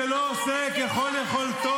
-- למי שבעצם אי-נקיטת עמדה ברורה והעמדת